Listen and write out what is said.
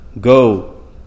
Go